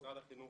משרד החינוך,